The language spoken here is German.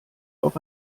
auf